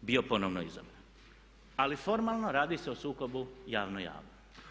bio ponovno izabran, ali formalno radi se o sukobu javno-javno.